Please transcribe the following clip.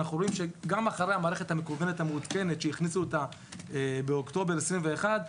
אנחנו רואים שגם אחרי המערכת המקוונת המעודכנת שהכניסו באוקטובר 2021,